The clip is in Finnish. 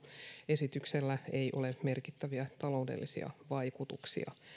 esityksellä ei ole merkittäviä taloudellisia vaikutuksia